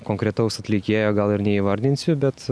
konkretaus atlikėjo gal ir neįvardinsiu bet